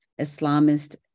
Islamist